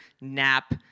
nap